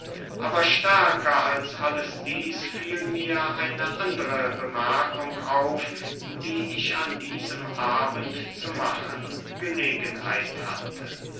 aber stärker als alles dieß fiel mir eine andere bemerkung auf die ich an diesem abend zu machen gelegenheit hatte